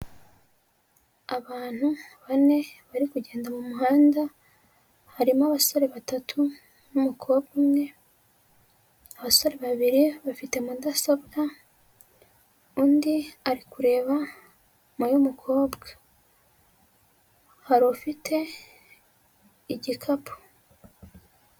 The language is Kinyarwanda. Abantu bane bari kugenda mu muhanda, harimo abasore batatu n'umukobwa umwe, abasore babiri bafite mudasobwa undi ari kureba muy'umukobwa, hari ufite igikapu.